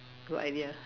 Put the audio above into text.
good idea